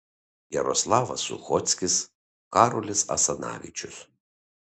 jaroslavas suchockis karolis asanavičius